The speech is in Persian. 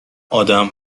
آدم